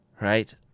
right